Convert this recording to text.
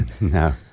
No